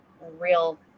real